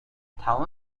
تمام